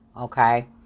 okay